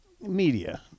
Media